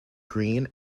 green